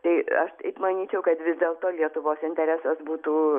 tai aš taip manyčiau kad vis dėlto lietuvos interesas būtų